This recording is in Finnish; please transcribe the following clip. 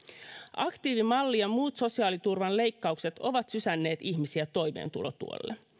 aktiivimalli ja muut sosiaaliturvan leikkaukset ovat sysänneet ihmisiä toimeentulotuelle